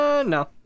No